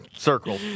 Circle